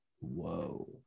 whoa